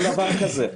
אין דבר כזה.